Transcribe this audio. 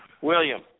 William